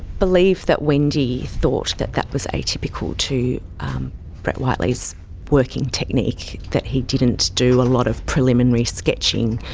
believe that wendy thought that that was atypical to brett whiteley's working technique. that he didn't do a lot of preliminary sketching.